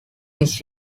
his